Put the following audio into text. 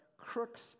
crook's